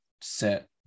set